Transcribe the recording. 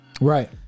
Right